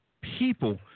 People